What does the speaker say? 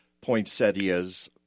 poinsettias